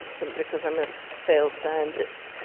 simply because i'm a failed scientist,